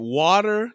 water